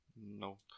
Nope